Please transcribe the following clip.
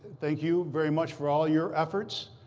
thank you very much for all your efforts.